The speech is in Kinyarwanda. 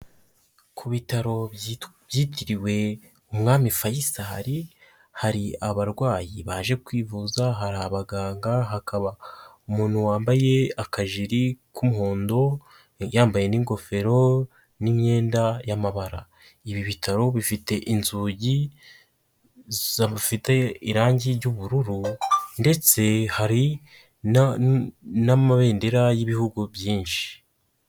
Ku bitaro byitiriwe Umwami Fayisari, hari abarwayi baje kwivuza, hari abaganga hakaba umuntu wambaye akajiri k'umuhondo, yambaye n'ingofero n'imyenda y'amabara, ibi bitaro bifite inzugi zifite irangi ry'ubururu ndetse hari n'amabendera y'ibihugu byinshi.